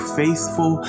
faithful